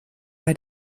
bei